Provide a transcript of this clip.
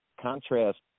contrast